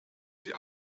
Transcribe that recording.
sie